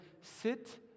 sit